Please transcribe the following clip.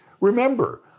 Remember